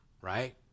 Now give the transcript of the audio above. Right